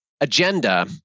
agenda